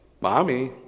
Mommy